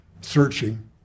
Searching